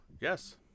Yes